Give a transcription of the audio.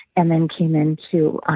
and then came into ah